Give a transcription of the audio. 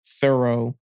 thorough